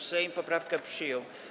Sejm poprawkę przyjął.